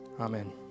Amen